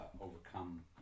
overcome